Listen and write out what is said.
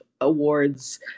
awards